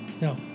No